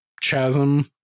chasm